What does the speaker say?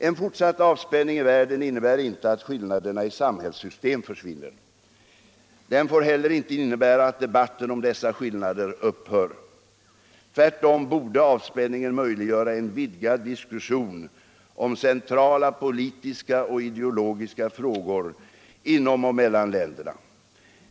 En fortsatt avspänning i världen innebär inte att skillnaderna i samhällssystem försvinner. Den får heller inte innebära att debatten om dessa skillnader upphör. Tvärtom borde avspänningen möjliggöra en vidgad diskussion om centrala politiska och ideologiska frågor, inom och mellan länderna.